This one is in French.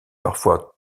parfois